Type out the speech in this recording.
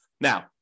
Now